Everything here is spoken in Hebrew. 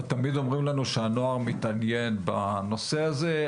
תמיד אומרים לנו שהנוער מתעניין בנושא הזה,